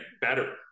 better